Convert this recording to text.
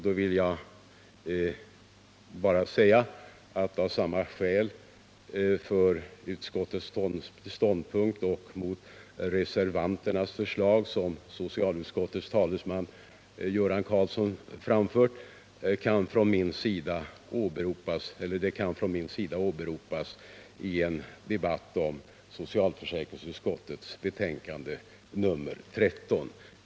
Då vill jag bara säga att samma skäl för utskottets ståndpunkt som socialutskottets talesman Göran Karlsson framfört kan från min sida åberopas i en debatt om socialförsäkringsutskottets betänkande 13.